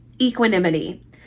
Equanimity